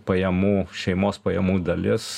pajamų šeimos pajamų dalis